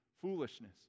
foolishness